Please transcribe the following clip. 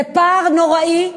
זה פער נוראי,